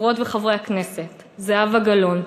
חברות וחברי הכנסת זהבה גלאון,